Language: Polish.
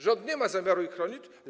Rząd nie ma zamiaru ich chronić.